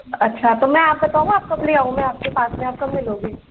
अच्छा तो मैं आप बताऊं आप कब ले आऊँ आप के पास में आप कब मिलोगे